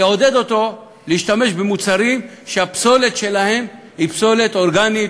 לעודד להשתמש במוצרים שהפסולת שלהם היא פסולת אורגנית,